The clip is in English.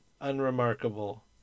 unremarkable